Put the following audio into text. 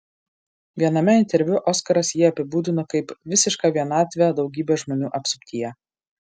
viename interviu oskaras jį apibūdino kaip visišką vienatvę daugybės žmonių apsuptyje